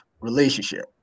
relationship